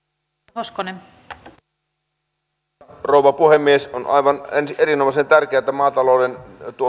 arvoisa rouva puhemies on aivan erinomaisen tärkeää että maatalouden